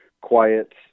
quiet